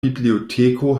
biblioteko